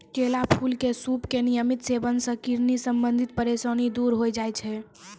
केला फूल के सूप के नियमित सेवन सॅ किडनी संबंधित परेशानी दूर होय जाय छै